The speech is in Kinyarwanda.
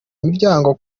imiryango